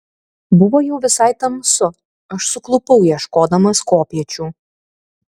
buvo jau visai tamsu aš suklupau ieškodamas kopėčių